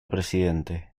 presidente